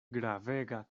gravega